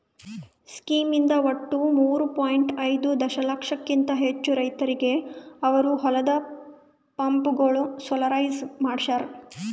scheme ಇಂದ ಒಟ್ಟು ಮೂರೂ ಪಾಯಿಂಟ್ ಐದೂ ದಶಲಕ್ಷಕಿಂತ ಹೆಚ್ಚು ರೈತರಿಗೆ ಅವರ ಹೊಲದ ಪಂಪ್ಗಳು ಸೋಲಾರೈಸ್ ಮಾಡಿಸ್ಯಾರ್